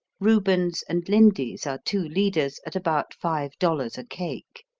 reuben's and lindy's are two leaders at about five dollars a cake.